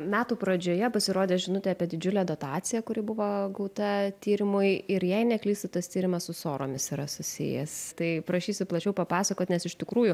metų pradžioje pasirodė žinutė apie didžiulę dotaciją kuri buvo gauta tyrimui ir jei neklystu tas tyrimas su soromis yra susijęs tai prašysiu plačiau papasakot nes iš tikrųjų